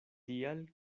tial